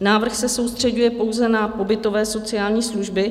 Návrh se soustřeďuje pouze na pobytové sociální služby.